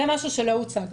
זה משהו שלא הוצג.